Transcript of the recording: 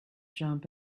jump